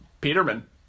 Peterman